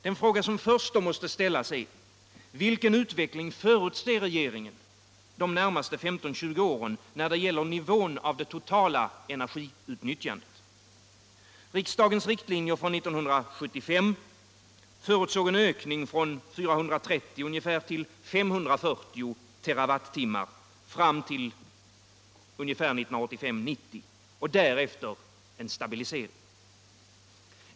Den fråga som först måste ställas är: Vilken utveckling förutser regeringen de närmaste 15-20 åren, när det gäller nivån av det totala energiutnyttjandet? Riksdagens riktlinjer från 1975 förutsåg en ökning från ungefär 430 till 540 TWh fram till någon gång 1985-1990 och diretter en stabilisering.